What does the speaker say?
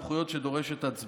את הצעת חוק זכויות החולה (תיקון,